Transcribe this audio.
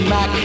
Mac